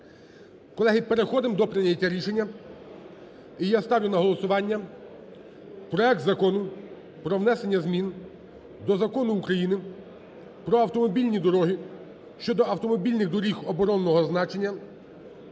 Колеги, переходимо до прийняття рішення. І я ставлю на голосування проект Закону про внесення змін до Закону України "Про автомобільні дороги" щодо автомобільних доріг оборонного значення